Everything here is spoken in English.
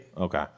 Okay